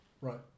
Right